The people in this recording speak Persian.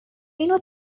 اینو